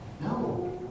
No